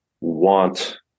Want